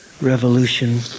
revolution